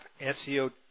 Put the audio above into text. SEO